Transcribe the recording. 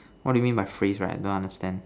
what do you mean by phrase right don't understand